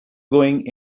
going